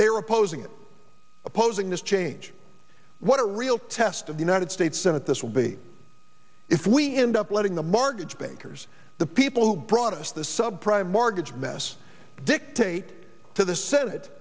they are opposing it opposing this change what a real test of the united states senate this will be if we end up letting the markets bakers the people who brought us the sub prime mortgage mess dictate to the senate